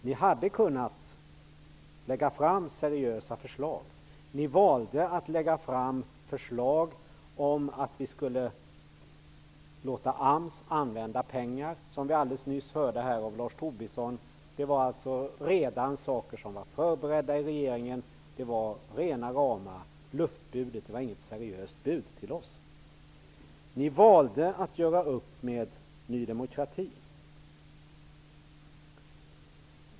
Ni hade kunnat lägga fram seriösa förslag. Ni valde att lägga fram förslag om att AMS skulle få använda pengarna, vilket vi alldeles nyss hörde av Lars Tobisson. Detta var alltså redan förberett i regeringen. Det var rena rama luftbudet. Det var inget seriöst bud vi fick. Ni valde att göra upp med Ny demokrati.